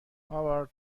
هاورد